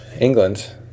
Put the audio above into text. England